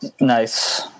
Nice